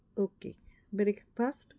okay breakfast